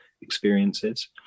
experiences